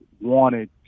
wanted